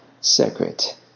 secret